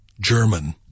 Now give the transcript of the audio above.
German